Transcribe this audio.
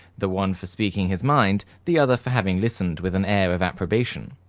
the one for speaking his mind, the other for having listened with an air of approbation.